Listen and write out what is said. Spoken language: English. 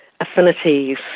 affinities